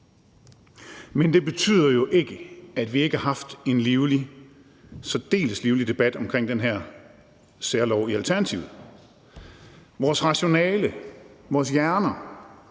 Men det betyder jo ikke, at vi ikke har haft en særdeles livlig debat omkring den her særlov i Alternativet. Vores rationale, vores hjerner,